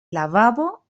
lavabo